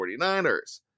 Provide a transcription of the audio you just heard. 49ers